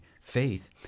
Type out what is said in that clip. faith